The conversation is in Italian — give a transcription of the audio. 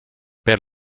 per